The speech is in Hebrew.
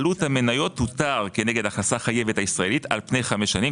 עלות המניות תותר כנגד ההכנסה החייבת הישראלית על פני חמש שנים,